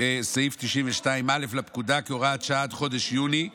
סעיף 92א לפקודה כהוראת שעה עד חודש יוני 2022,